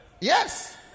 Yes